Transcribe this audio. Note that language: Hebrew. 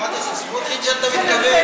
הדמוקרטיה של סמוטריץ, אתה מתכוון?